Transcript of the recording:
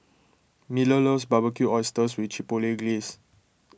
Miller loves Barbecued Oysters with Chipotle Glaze